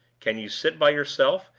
can you sit by yourself,